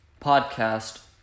podcast